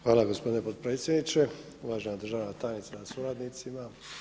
Hvala gospodine potpredsjedniče, uvažena državna tajnice sa suradnicima.